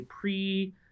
pre